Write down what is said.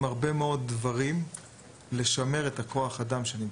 הרבה מאוד דברים כדי לשמר את כוח האדם שנמצא.